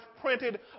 printed